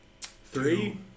Three